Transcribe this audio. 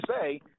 say